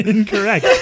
Incorrect